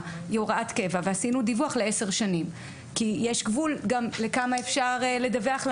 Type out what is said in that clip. אלא היא הוראת קבע ועשינו דיווח ל-10 שנים כי יש גבול גם לכמה אפשר לדווח.